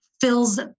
fills